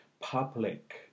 public